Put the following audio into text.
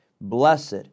Blessed